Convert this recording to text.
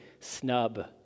snub